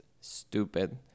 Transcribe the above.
stupid